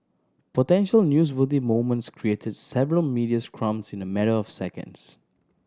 potential newsworthy moments created several media scrums in a matter of seconds